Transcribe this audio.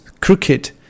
crooked